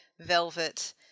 velvet